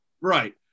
Right